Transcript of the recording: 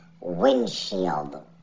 windshield